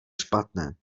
špatné